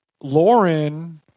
Lauren